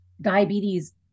diabetes